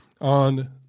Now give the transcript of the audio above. on –